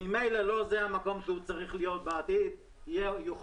שממילא לא זה המקום שהוא צריך להיות בעתיד יוכרח